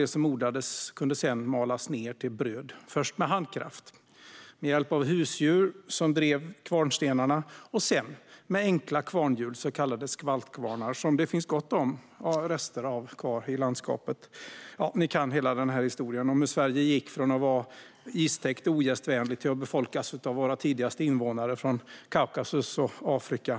Det som odlades kunde sedan malas ned till bröd, först med handkraft och med hjälp av husdjur som drev kvarnstenarna och sedan med enkla kvarnhjul, så kallade skvaltkvarnar, som det finns gott om rester av i landskapet. Ja, ni kan hela den här historien om hur Sverige gick från att vara istäckt och ogästvänligt till att befolkas av våra tidigaste invånare från Kaukasus och Afrika.